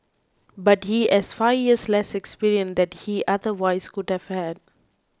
but he is five years less experience that he otherwise would have had